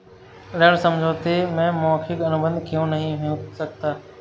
ऋण समझौते में मौखिक अनुबंध क्यों नहीं हो सकता?